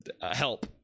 help